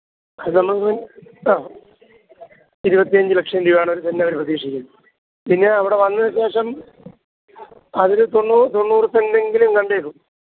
അത് നമുക്ക് പിന് ആഹ് ഇരുപത്തിയഞ്ച് ലക്ഷം രൂപയാണൊരു സെന്റിനവർ പ്രതീക്ഷിക്കുന്നത് പിന്നെ അവിടെ വന്നതിന് ശേഷം അതിന് തൊണ്ണൂ തൊണ്ണൂറ് സെന്റെങ്കിലും കണ്ടേക്കും